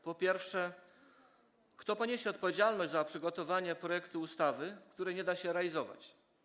Po pierwsze, kto poniesie odpowiedzialność za przygotowanie projektu ustawy, której nie da się realizować?